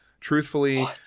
Truthfully